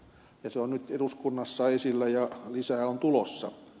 se on nyt eduskunnassa esillä ja lisää on tulossa